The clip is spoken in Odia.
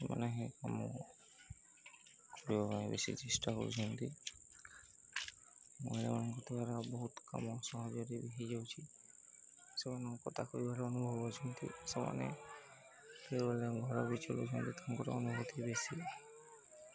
ସେମାନେ କାମ କରିବା ପାଇଁ ବେଶୀ ଚେଷ୍ଟା କରୁଛନ୍ତି ମହିଳାମାନଙ୍କ ଦ୍ୱାରା ବହୁତ କାମ ସହଜରେ ବି ହୋଇଯାଉଛି ସେମାନଙ୍କ ତାଙ୍କର ଅନୁଭବ ଅଛି ସେମାନେ କେବଳ ଘର ବି ଚଳଉଛନ୍ତି ତାଙ୍କର ଅନୁଭୂତି ବେଶୀ